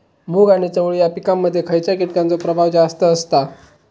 मूग आणि चवळी या पिकांमध्ये खैयच्या कीटकांचो प्रभाव जास्त असता?